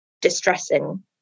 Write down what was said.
distressing